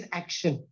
action